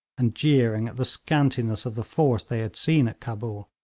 and jeering at the scantiness of the force they had seen at cabul.